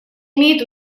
имеет